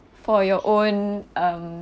for your own um